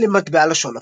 למטבע לשון נפוץ.